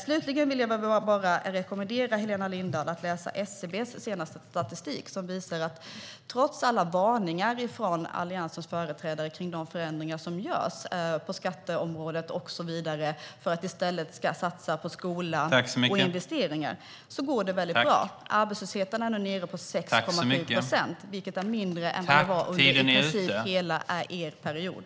Slutligen vill jag rekommendera Helena Lindahl att läsa SCB:s senaste statistik, som visar att det går väldigt bra, trots alla varningar från Alliansens företrädare kring de förändringar som vi gör på skatteområdet och så vidare för att i stället satsa på skola och investeringar. Arbetslösheten är nu nere på 6,7 procent, vilket är mindre än vad den var under i princip hela er period.